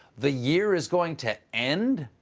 the year is going to end?